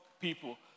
people